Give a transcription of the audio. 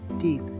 deep